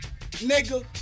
Nigga